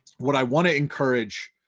what i wanna encourage